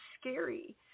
scary